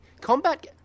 combat